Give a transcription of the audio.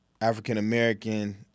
African-American